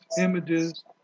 images